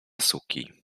suki